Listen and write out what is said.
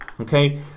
okay